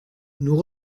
nous